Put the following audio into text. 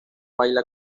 baila